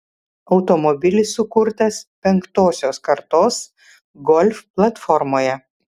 automobilis sukurtas penktosios kartos golf platformoje